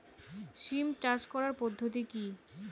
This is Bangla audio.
সিম চাষ করার পদ্ধতি কী?